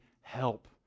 help